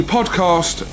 Podcast